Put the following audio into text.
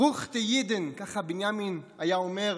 "פרוכטה יידן", ככה בנימין היה אומר.